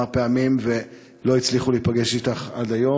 פעמים ולא הצליחו להיפגש אתך עד היום.